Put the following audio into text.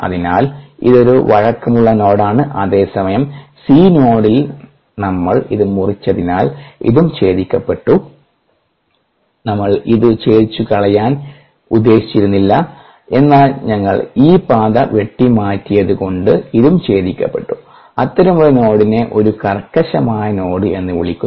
അതിനാൽ ഇതൊരു വഴക്കമുള്ള നോഡാണ് അതേസമയം C നോഡിൽ നമ്മൾ ഇത് മുറിച്ചതിനാൽ ഇതും ഛേദിക്കപ്പെട്ടു ഞങ്ങൾ ഇത് ഛേദിച്ചുകളയാൻ ഉദ്ദേശിച്ചിരുന്നില്ല എന്നാൽ ഞങ്ങൾ ഈ പാത വെട്ടിമാറ്റിയതുകൊണ്ട് ഇതും ഛേദിക്കപ്പെട്ടു അത്തരമൊരു നോഡിനെ ഒരു കർക്കശമായ നോഡ് എന്ന് വിളിക്കുന്നു